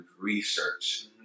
research